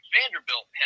Vanderbilt